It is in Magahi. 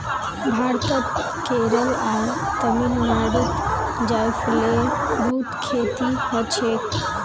भारतत केरल आर तमिलनाडुत जायफलेर बहुत खेती हछेक